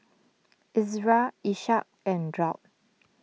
Izara Ishak and Daud